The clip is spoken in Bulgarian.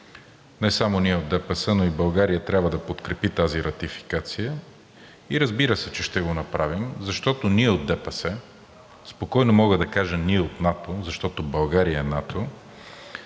Не само ние от ДПС, но и България трябва да подкрепи тази ратификация, разбира се, че ще го направим. Защото ние от ДПС, спокойно мога да кажа ние от НАТО, защото България е НАТО,